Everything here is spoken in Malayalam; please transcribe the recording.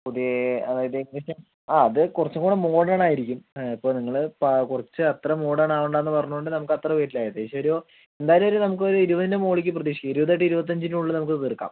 പുതിയ അതായത് ഏകദേശം ആ അത് കുറച്ചും കൂടെ മോഡേണായിരിക്കും ഇപ്പം നിങ്ങള് പാ കുറച്ച് അത്ര മോഡേണാവണ്ടാന്ന് പറഞ്ഞത് കൊണ്ട് നമുക്ക് അത്ര വരില്ല ഏകദേശം ഒരു എന്തായാലും ഒരു നമുക്ക് ഒര് ഇരുപതിൻ്റെ മുകളിലേക്ക് പ്രതീക്ഷിക്കാം ഇരുപതല്ലേൽ ഇരുപത്തഞ്ചിൻ്റെ ഉള്ളിൽ നമുക്ക് ഇത് തീർക്കാം